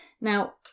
now